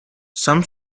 some